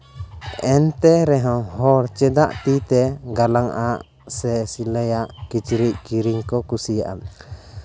ᱮᱱᱛᱮ ᱨᱮᱦᱚᱸ ᱦᱚᱲ ᱪᱮᱫᱟᱜ ᱛᱤᱛᱮ ᱜᱟᱞᱟᱝᱼᱟᱜ ᱥᱮ ᱥᱤᱞᱟᱹᱭᱟᱜ ᱠᱤᱪᱨᱤᱡ ᱠᱤᱨᱤᱧ ᱠᱚ ᱠᱩᱥᱤᱭᱟᱜᱼᱟ